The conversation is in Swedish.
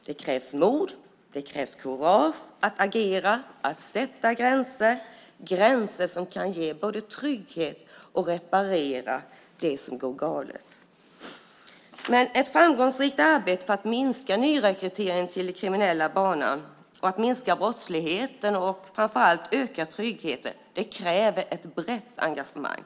Det krävs mod och kurage att agera och sätta gränser som kan ge trygghet och reparera det som går galet. Ett framgångsrikt arbete för att minska nyrekrytering till den kriminella banan, minska brottsligheten och framför allt öka tryggheten kräver ett brett engagemang.